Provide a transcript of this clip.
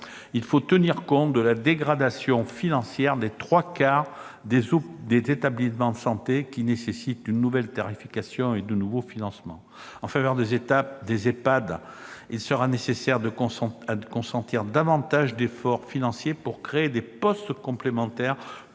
il faut tenir compte de la dégradation financière des trois quarts des établissements de santé, qui nécessite une nouvelle tarification et de nouveaux financements. En faveur des EHPAD, il sera nécessaire de consentir davantage d'efforts financiers pour créer des postes complémentaires,